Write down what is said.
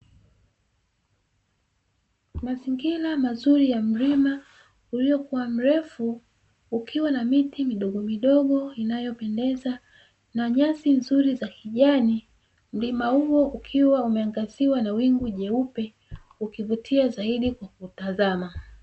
Mazingira mazuri ya mlima uliokuwa mrefu ukiwa na miti midogo midogo, inayopendeza na nyasi nzuri za kijani mlima huo ukiwa umeangaziwa na wingu jeupe ukivutia zaidi kwa kutazama.